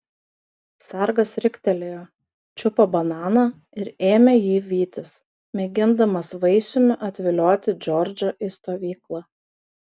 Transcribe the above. sargas riktelėjo čiupo bananą ir ėmė jį vytis mėgindamas vaisiumi atvilioti džordžą į stovyklą